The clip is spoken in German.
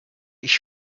ich